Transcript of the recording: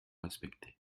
respecter